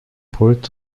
port